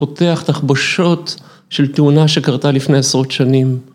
‫פותח תחבושות של תאונה ‫שקרתה לפני עשרות שנים.